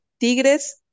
Tigres